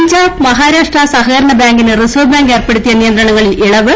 പഞ്ചാബ് മഹാരാഷ്ട്ര സ്പ്യകരണ ബാങ്കിന് reserve bank ഏർപ്പെടുത്തിയ നിയന്ത്രിണ്ങളിൽ ഇളവ്